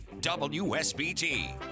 WSBT